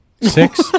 Six